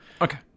Okay